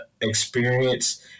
experience